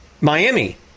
Miami